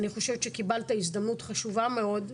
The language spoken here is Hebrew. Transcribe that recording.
אני חושבת שקיבלת הזדמנות חשובה מאוד,